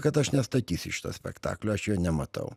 kad aš nestatysiu šito spektaklio aš jo nematau